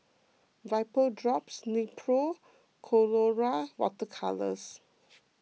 Vapodrops Nepro Colora Water Colours